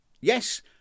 yes